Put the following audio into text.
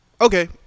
Okay